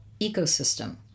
ecosystem